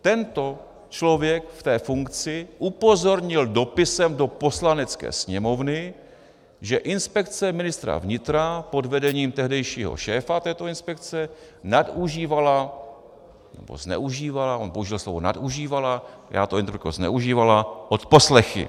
Tento člověk v té funkci upozornil dopisem do Poslanecké sněmovny, že Inspekce ministra vnitra pod vedením tehdejšího šéfa této inspekce nadužívala nebo zneužívala, on použil slovo nadužívala, já to interpretuji jako zneužívala odposlechy.